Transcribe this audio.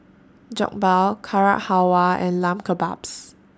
Jokbal Carrot Halwa and Lamb Kebabs